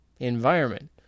environment